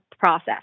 Process